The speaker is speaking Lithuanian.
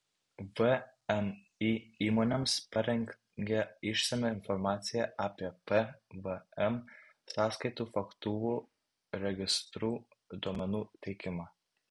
vmi įmonėms parengė išsamią informaciją apie pvm sąskaitų faktūrų registrų duomenų teikimą